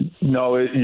No